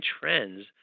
trends